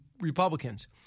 Republicans